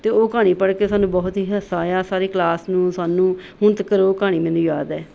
ਅਤੇ ਉਹ ਕਹਾਣੀ ਪੜ੍ਹ ਕੇ ਸਾਨੂੰ ਬਹੁਤ ਹੀ ਹਾਸਾ ਆਇਆ ਸਾਰੇ ਕਲਾਸ ਨੂੰ ਸਾਨੂੰ ਹੁਣ ਤਿੱਕਰ ਉਹ ਕਹਾਣੀ ਮੈਨੂੰ ਯਾਦ ਹੈ